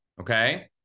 Okay